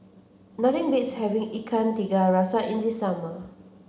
nothing beats having Ikan Tiga Rasa in the summer